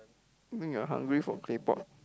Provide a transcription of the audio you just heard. I mean you are hungry for claypot